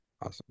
Awesome